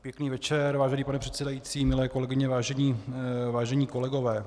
Pěkný večer, vážený pane předsedající, milé kolegyně, vážení kolegové.